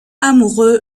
amoureux